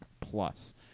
Plus